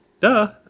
duh